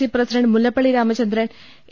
C president Mullappally Ramachandran A